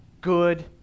good